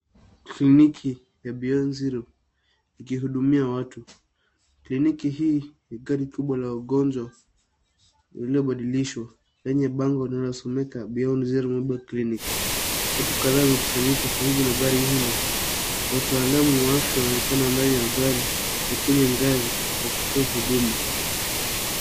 Kliniki ya Beyond Zero ikihudumia watu. Kliniki hii ni gari kubwa la wagonjwa lililobadilishwa, lenye bango linalosomeka Beyond Zero Mobile Clinic . Watu kadhaa wamekusanyika karibu na gari hilo. Wataalamu wa afya wanaonekana ndani ya gari na kwenye ngazi wakitoa huduma.